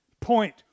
point